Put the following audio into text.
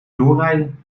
doorrijden